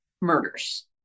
murders